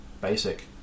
basic